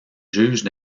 juges